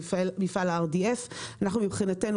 מפעל RDF. מבחינתנו,